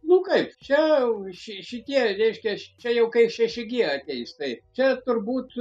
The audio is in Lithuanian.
nu kaip čia ši šitie reiškias čia jau kai šeši gie ateis tai čia turbūt